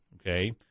Okay